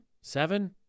seven